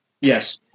Yes